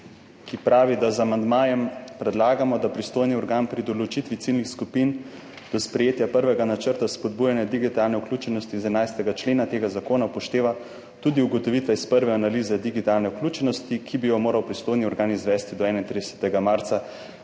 ki pravi, da z amandmajem predlagamo, da pristojni organ pri določitvi ciljnih skupin do sprejetja prvega načrta spodbujanja digitalne vključenosti iz 11. člena tega zakona upošteva tudi ugotovitve iz prve analize digitalne vključenosti, ki bi jo moral pristojni organ izvesti do 31. marca